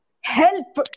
help